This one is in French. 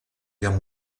guerre